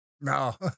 no